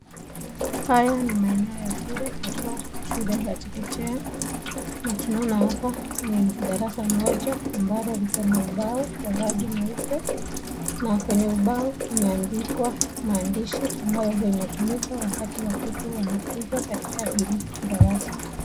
Haya ni maeneo ya shule haswa shule ya chekechea na tunaona hapa ni darasa moja ambalo likona ubao wa rangi nyeupe na kwenye ubao kumeandikwa maandishi ambayo huwa inatumika wakati watoto wanafunzwa katika hili darasa.